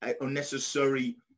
unnecessary